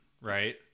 right